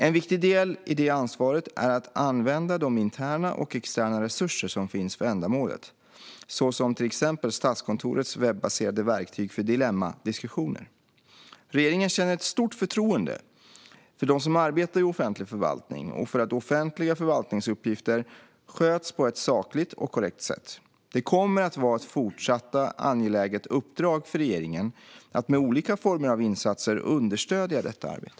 En viktig del i det ansvaret är att använda de interna och externa resurser som finns för ändamålet, till exempel Statskontorets webbaserade verktyg för dilemmadiskussioner. Regeringen känner stort förtroende för dem som arbetar i offentlig förvaltning och för att offentliga förvaltningsuppgifter sköts på ett sakligt och korrekt sätt. Det kommer att vara ett fortsatt angeläget uppdrag för regeringen att med olika former av insatser understödja detta arbete.